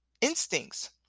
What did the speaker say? instincts